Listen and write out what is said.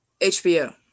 HBO